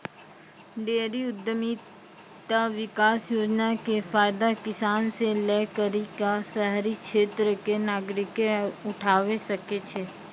dairy उद्यमिता विकास योजना के फायदा किसान से लै करि क शहरी क्षेत्र के नागरिकें उठावै सकै छै